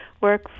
work